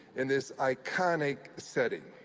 in this iconic setting.